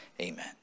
Amen